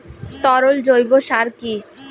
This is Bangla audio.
তরল জৈব সার কি?